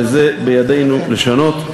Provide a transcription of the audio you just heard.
זה בידינו לשנות.